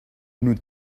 nous